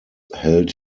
held